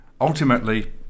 Ultimately